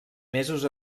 mesos